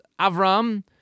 Avram